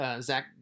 Zach